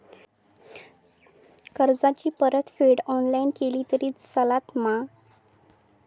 कर्जाची परतफेड ऑनलाइन केली तरी चलता मा?